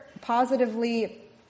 positively